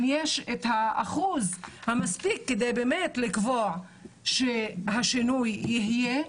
אם יש את האחוז המספיק כדי באמת לקבוע שהשינוי יהיה,